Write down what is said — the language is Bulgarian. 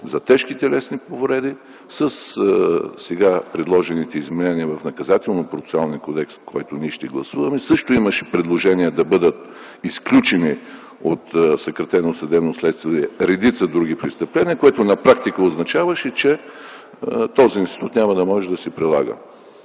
за тежки телесни повреди. Със сега предложените изменения в Наказателно-процесуалния кодекс, който ние ще гласуваме, също имаше предложение да бъдат изключени от съкратено съдебно следствие редица други престъпления, което на практика означаваше, че този институт няма да може да се прилага.